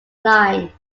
line